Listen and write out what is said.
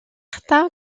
certains